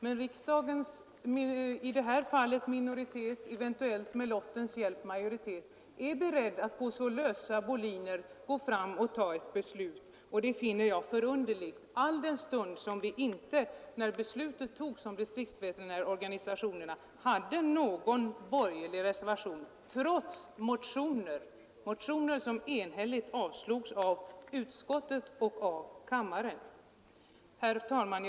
Men att riksdagen, i det här fallet en minoritet, eventuellt med lottens hjälp en majoritet, är beredd att på så lösa boliner ta ett beslut det finner jag förunderligt alldenstund vi inte när beslutet om distriktsveterinärorganisationerna fattades hade någon borgerlig reservation, trots motioner, som enhälligt avstyrktes av utskottet och avslogs av kammaren. Herr talman!